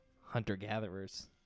hunter-gatherers